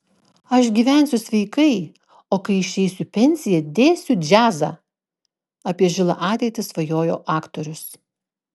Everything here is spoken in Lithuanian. aš gyvensiu sveikai o kai išeisiu į pensiją dėsiu džiazą apie žilą ateitį svajojo aktorius